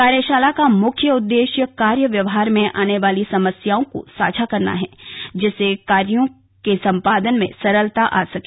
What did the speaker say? कार्यशाला का मुख्य उद्देश्य कार्य व्यवहार में आने वाली समस्याओं को साझा करना है जिससे कार्यों के संपादन में सरलता आ सके